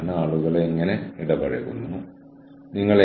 അവർ ആ വിവരം എന്നോട് പങ്കുവെച്ചാൽ ഭാവിയിൽ എനിക്ക് അവരെ ആവശ്യമില്ലാതാവുന്നു